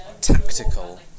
tactical